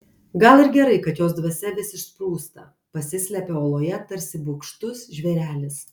gal ir gerai kad jos dvasia vis išsprūsta pasislepia oloje tarsi bugštus žvėrelis